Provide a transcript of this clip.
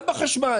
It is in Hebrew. גם בחשמל.